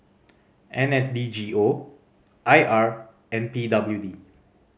N S D G O I R and P W D